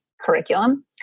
curriculum